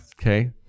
Okay